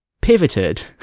pivoted